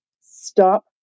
stop